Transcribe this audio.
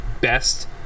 best